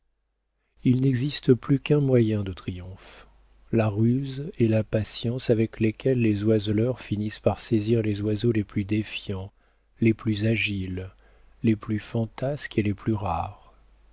il n'existe plus qu'un moyen de triomphe la ruse et la patience avec lesquelles les oiseleurs finissent par saisir les oiseaux les plus défiants les plus agiles les plus fantasques et les plus rares